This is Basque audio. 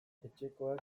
etxekoak